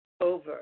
over